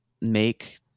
make